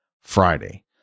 Friday